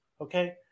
Okay